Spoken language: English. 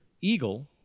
Eagle